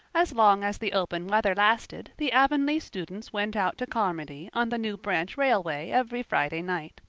as long as the open weather lasted the avonlea students went out to carmody on the new branch railway every friday night.